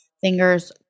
fingers